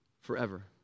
forever